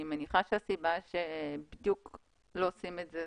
אני מניחה שהסיבה שלא עושים את זה,